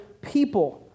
people